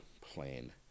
plain